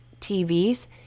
TVs